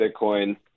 Bitcoin